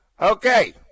Okay